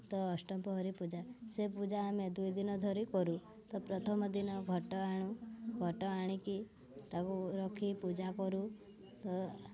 ତ ଅଷ୍ଟ ପ୍ରହରୀ ପୂଜା ସେ ପୂଜା ଆମେ ଦୁଇଦିନ ଧରି କରୁ ତ ପ୍ରଥମ ଦିନ ଘଟ ଆଣୁ ଘଟ ଆଣିକି ତାକୁ ରଖି ପୂଜାକରୁ ତ